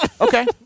Okay